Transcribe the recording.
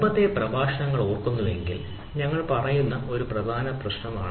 മുമ്പത്തെ പ്രഭാഷണങ്ങൾ ഓർക്കുന്നുവെങ്കിൽ ഞങ്ങൾ പറയുന്നത് ഒരു പ്രധാന പ്രശ്നമാണ്